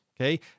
okay